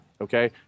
Okay